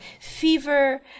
fever